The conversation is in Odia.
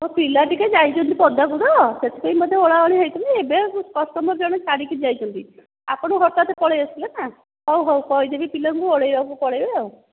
ପିଲା ଟିକିଏ ଯାଇଛନ୍ତି ପଦାକୁ ତ ସେଥିପାଇଁ ବୋଧେ ଓଳା ଓଳି ହୋଇଛନ୍ତି ଏବେ କଷ୍ଟମର୍ ଜଣେ ଛାଡ଼ିକି ଯାଇଛନ୍ତି ଆପଣ ହଠାତ୍ ପଳେଇଆସିଲେ ନା ହଉ ହଉ କହିଦେବି ପିଲାଙ୍କୁ ଓଳେଇବାକୁ ପଳେଇବେ ଆଉ